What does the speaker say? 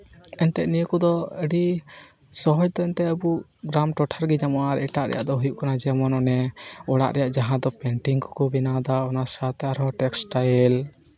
ᱮᱱᱛᱮᱫ ᱱᱤᱭᱟᱹ ᱠᱚᱫᱚ ᱟᱹᱰᱤ ᱥᱚᱦᱚᱡ ᱛᱮ ᱮᱱᱛᱮᱫ ᱟᱹᱵᱩ ᱜᱨᱟᱢ ᱴᱚᱴᱷᱟ ᱨᱮᱜᱮ ᱧᱟᱢᱚᱜᱼᱟ ᱟᱨ ᱮᱴᱟᱜ ᱟᱜ ᱫᱚ ᱦᱩᱭᱩᱜ ᱠᱟᱱᱟ ᱡᱮᱢᱚᱱ ᱚᱱᱮ ᱚᱲᱟᱜ ᱨᱮᱭᱟᱜ ᱡᱟᱦᱟᱸ ᱫᱚ ᱯᱮᱱᱴᱤᱝ ᱠᱚᱠᱚ ᱵᱮᱱᱟᱣᱫᱟ ᱟᱨ ᱚᱱᱟ ᱥᱟᱶᱛᱮ ᱟᱨᱦᱚᱸ ᱴᱮᱠᱥᱴᱟᱭᱤᱞ